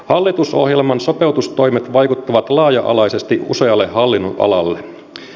hallitusohjelman sopeutustoimet vaikuttavat laaja alaisesti usealle hallinnonalalle